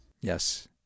Yes